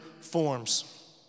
forms